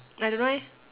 I don't know eh